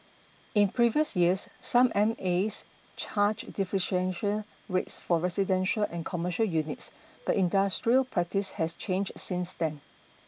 in previous years some M As charged differentiated rates for residential and commercial units but industrial practice has changed since then